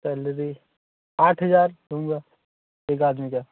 salary आठ हज़ार दूँगा एक आदमी का